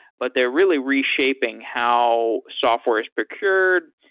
but they're really reshaping how software is procured.